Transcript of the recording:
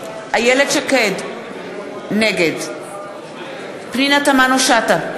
איילת שקד, נגד פנינה תמנו-שטה,